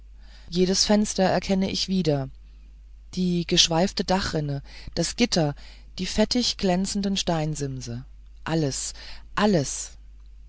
jedes fenster erkenne ich wieder die geschweifte dachrinne das gitter die fettig glänzenden steinsimse alles alles